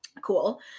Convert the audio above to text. cool